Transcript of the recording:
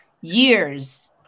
years